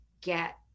get